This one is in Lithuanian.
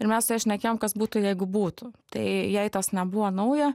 ir mes su ja šnekėjom kas būtų jeigu būtų tai jai tas nebuvo nauja